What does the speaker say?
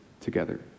together